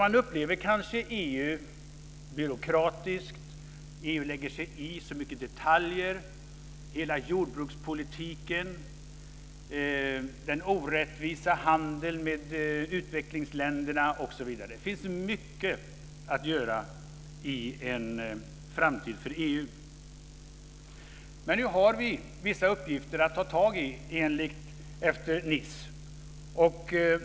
Man upplever kanske EU som byråkratiskt, EU lägger sig i så mycket detaljer, hela jordbrukspolitiken, den orättvisa handeln med utvecklingsländerna, osv. Det finns mycket att göra i en framtid för EU. Nu har vi vissa uppgifter att ta tag i efter Nicemötet.